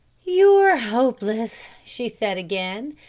you're hopeless, she said again,